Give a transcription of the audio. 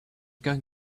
going